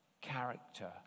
character